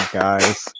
guys